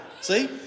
See